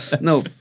No